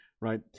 right